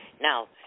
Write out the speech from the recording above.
Now